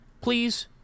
please